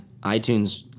iTunes